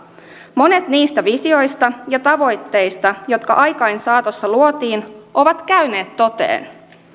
monet niistä visioista ja tavoitteista jotka aikain saatossa luotiin ovat käyneet toteen